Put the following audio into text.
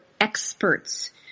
experts